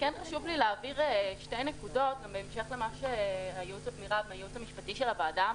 חשוב לי להבהיר שתי נקודות בהמשך למה שאמרה היועצת המשפטית של הוועדה: